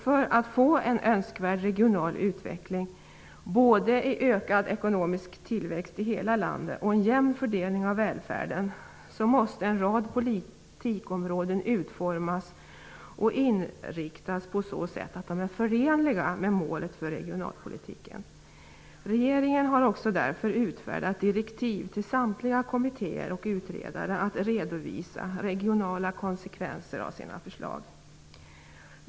För att få en önskvärd regional utveckling, en ökad ekonomisk tillväxt i hela landet och en jämn fördelning av välfärden, måste en rad politikområden utformas och inriktas på så sätt att de är förenliga med målet för regionalpolitiken. Regeringen har därför utfärdat direktiv till samtliga kommittéer och utredningar att redovisa regionala konsekvenser av sina förslag.